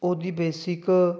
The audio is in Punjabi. ਉਹਦੀ ਬੇਸਿਕ